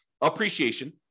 Appreciation